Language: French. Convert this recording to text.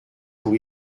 pour